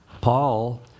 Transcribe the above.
Paul